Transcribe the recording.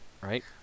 right